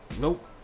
Nope